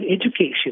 education